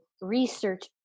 research